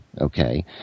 okay